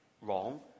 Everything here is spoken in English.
wrong